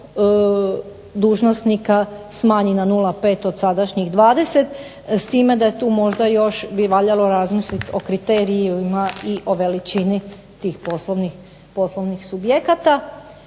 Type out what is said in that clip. dužnosnika smanji na 0,5 od sadašnjih 20, s time da tu možda još bi valjalo razmisliti o kriterijima i o veličini tih poslovnih subjekata.